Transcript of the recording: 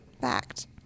fact